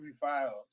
Files